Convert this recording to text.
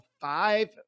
five